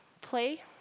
play